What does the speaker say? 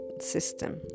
system